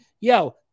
Yo